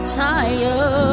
tired